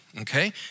okay